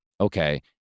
okay